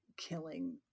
killing